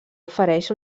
ofereix